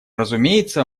разумеется